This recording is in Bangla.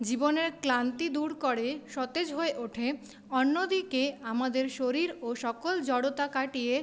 জীবনের ক্লান্তি দূর করে সতেজ হয়ে ওঠে অন্যদিকে আমাদের শরীর ও সকল জড়তা কাটিয়ে